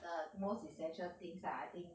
the most essential things like I think